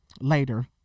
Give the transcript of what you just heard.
later